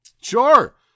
sure